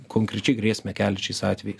konkrečiai grėsmę keliančiais atvejais